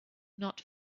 not